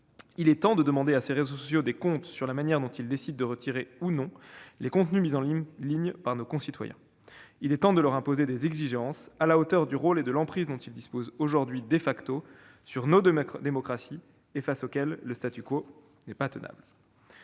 Il est temps de demander à ces réseaux sociaux des comptes sur la manière dont ils décident de retirer ou non les contenus mis en ligne par nos concitoyens. Il est temps de leur imposer des exigences à la hauteur du rôle et de l'emprise qui,, sont aujourd'hui les leurs dans nos démocraties, et face auxquels le n'est pas tenable.